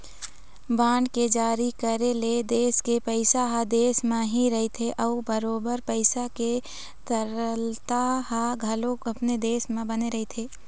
bond के जारी करे ले देश के पइसा ह देश म ही रहिथे अउ बरोबर पइसा के तरलता ह घलोक अपने देश म बने रहिथे